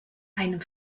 einem